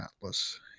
atlas